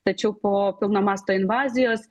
tačiau po pilno masto invazijos